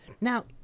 now